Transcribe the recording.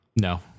No